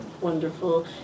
Wonderful